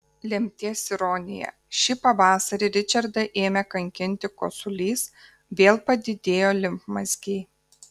lemties ironija šį pavasarį ričardą ėmė kankinti kosulys vėl padidėjo limfmazgiai